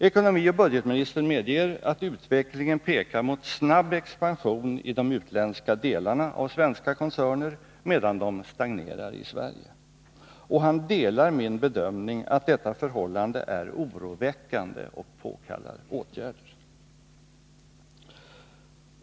Ekonomioch budgetministern medger att utvecklingen pekar mot snabb expansion i de utländska delarna av svenska koncerner, medan de stagnerar i Sverige. Och han delar min bedömning att detta förhållande är oroväckande och påkallar åtgärder.